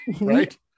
right